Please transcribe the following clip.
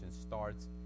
starts